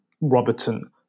Robertson